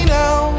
now